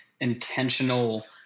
intentional